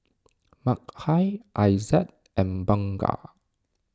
Mikhail Aizat and Bunga